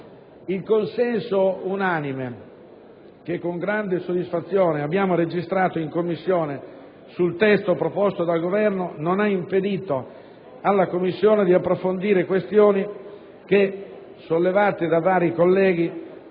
Il consenso unanime che con grande soddisfazione abbiamo registrato in Commissione sul testo proposto dal Governo non ha impedito alla Commissione stessa di approfondire questioni che, sollevate da vari colleghi,